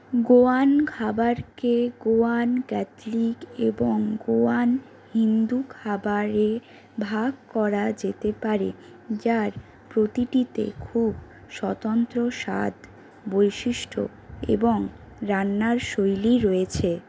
গোয়ান খাবারকে গোয়ান ক্যাথলিক এবং গোয়ান হিন্দু খাবারে ভাগ করা যেতে পারে যার প্রতিটিতে খুব স্বতন্ত্র স্বাদ বৈশিষ্ট্য এবং রান্নার শৈলী রয়েছে